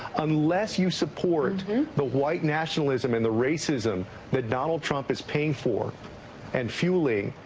unless you support the white nationalism and the racism that donald trump is paying for and fueling,